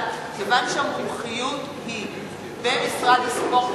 אבל כיוון שהמומחיות היא במשרד הספורט,